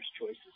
choices